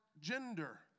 gender